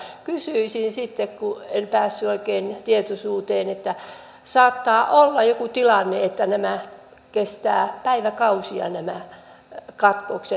mutta kysyisin sitten kun en päässyt oikein tietoisuuteen kun saattaa olla joku tilanne että kestävät päiväkausia nämä katkokset